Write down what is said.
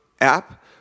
app